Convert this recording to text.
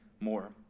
more